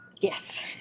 Yes